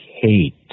hate